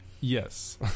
Yes